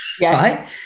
Right